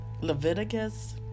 Leviticus